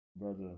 brother